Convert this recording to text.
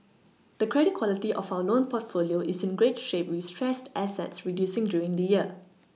the credit quality of our loan portfolio is in great shape with stressed assets Reducing during the year